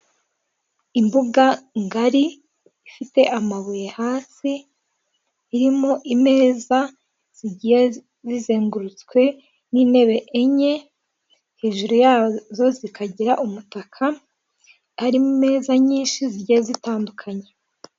Imbuga ngari ifite amabuye hasi irimo imeza zigiye zizengurutswe n'intebe enye hejuru yazo zikagira umutaka ari mu meza nyinshi zigiye zitandukanye.